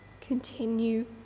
continue